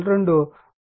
అయి ఉండాలి